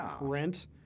rent